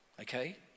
okay